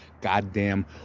goddamn